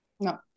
No